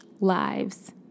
lives